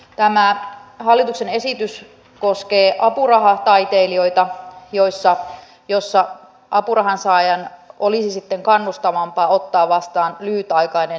tämä hallituksen esitys koskee apurahataitelijoita eli apurahan saajan olisi sitten kannustavampaa ottaa vastaan lyhytaikainen työsuhde